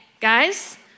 guys